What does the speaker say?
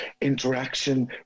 interaction